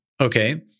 okay